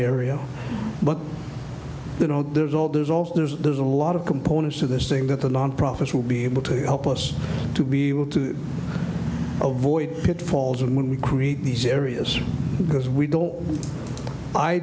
area but you know there's all there's also there's there's a lot of components to this thing that the non profits will be able to help us to be able to avoid pitfalls and when we create these areas because we don't i